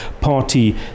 party